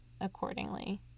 accordingly